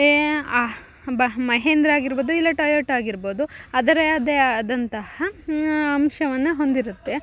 ಏ ಬ ಮಹೇಂದ್ರ ಆಗಿರ್ಬೌದು ಇಲ್ಲ ಟೊಯೋಟೊ ಆಗಿರ್ಬೌದು ಅದರದೇ ಆದಂತಹ ಅಂಶವನ್ನು ಹೊಂದಿರುತ್ತೆ